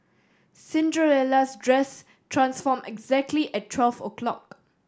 Cinderella' dress transformed exactly at twelve o'clock